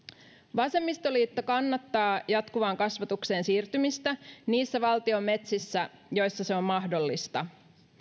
vasemmistoliitto kannattaa jatkuvaan kasvatukseen siirtymistä niissä valtion metsissä joissa se on mahdollista